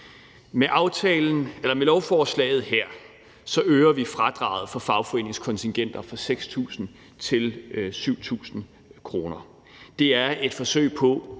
Med lovforslaget her øger vi fradraget for fagforeningskontingenter fra 6.000 kr. til 7.000 kr. Det er et forsøg på